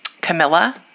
Camilla